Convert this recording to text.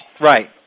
right